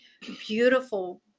beautiful